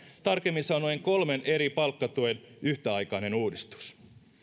tarkemmin sanoen kolmen eri palkkatuen yhtäaikainen uudistus